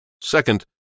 Second